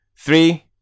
three